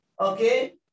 okay